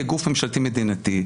כגוף ממשלתי מדינתי,